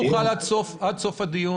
האם תוכל להעביר לנו עד סוף הדיון?